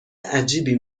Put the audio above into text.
عجیبی